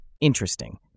Interesting